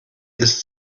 ist